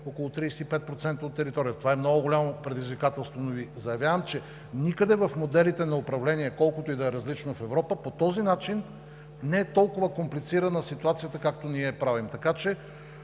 около 35% от територията. Това е много голямо предизвикателство, но Ви заявявам, че никъде в моделите на управление, колкото и да е различно в Европа, по този начин не е толкова комплицирана ситуацията, както ние я правим. Така че,